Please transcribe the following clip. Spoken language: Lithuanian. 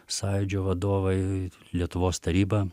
sąjūdžio vadovai lietuvos taryba